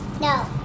No